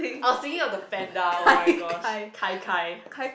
I was thinking of the panda oh-my-gosh kai kai